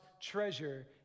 treasure